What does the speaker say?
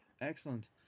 excellent